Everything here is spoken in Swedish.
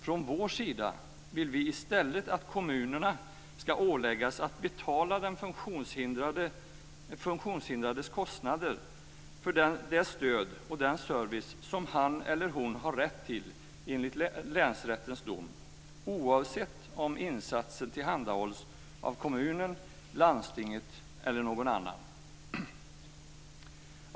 Från vår sida vill vi i stället att kommunerna ska åläggas att betala den funktionshindrades kostnader för det stöd och den service som han eller hon har rätt till enligt länsrättens dom, oavsett om insatsen tillhandahålls av kommunen, landstinget eller någon annan.